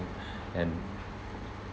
and